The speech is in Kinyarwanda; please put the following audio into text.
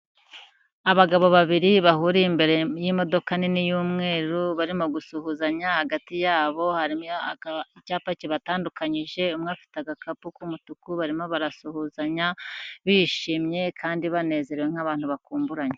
Abagabo babiri bahuriye imbere y'imodoka nini y'umweru barimo gusuhuzanya hagati yabo hari icyapa kibatandukanyije, umwe afite agakapu k'umutuku, barimo barasuhuzanya bishimye kandi banezerewe nk'abantu bakumburanye.